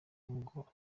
ubwo